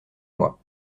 moi